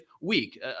week